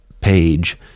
page